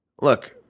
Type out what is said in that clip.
Look